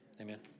Amen